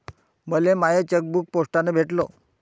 मले माय चेकबुक पोस्टानं भेटल